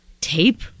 tape